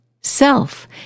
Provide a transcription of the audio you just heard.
Self